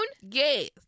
Yes